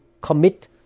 commit